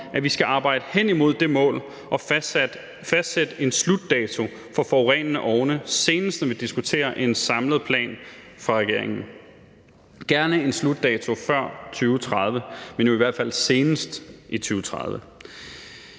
at vi skal arbejde hen imod det mål at fastsætte en slutdato for forurenende ovne, senest når vi diskuterer en samlet plan fra regeringen, gerne en slutdato før 2030, men jo i hvert fald senest i 2030.